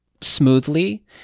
smoothly